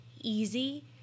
easy